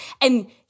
and-